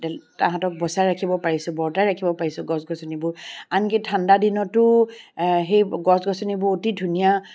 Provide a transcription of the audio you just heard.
দে তাহাঁতক বচাই ৰাখিব পাৰিছো বৰ্তাই ৰাখিব পাৰিছো গছ গছনিবোৰ আনকি ঠাণ্ডা দিনতো সেই গছ গছনিবোৰ অতি ধুনীয়া